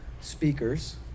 speakers